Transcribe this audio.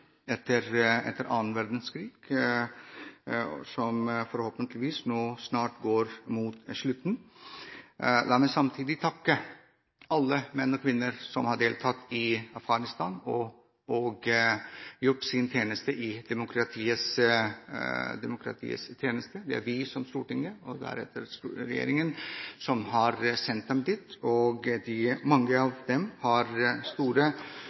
etter annen verdenskrig – som forhåpentligvis snart går mot slutten. La meg samtidig takke alle de menn og kvinner som har deltatt i Afghanistan, og som har gjort en innsats i demokratiets tjeneste. Det er vi som storting – og dernest regjeringen – som har sendt dem dit. Mange av dem har opplevd store